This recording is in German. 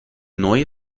neue